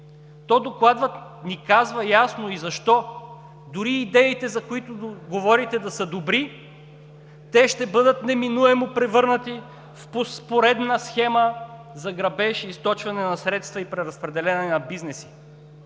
то Докладът ни казва ясно и защо дори и идеите, за които говорите, да са добри, те ще бъдат неминуемо превърнати в поредна схема за грабеж и източване на средства и преразпределение на бизнеси.